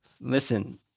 Listen